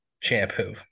shampoo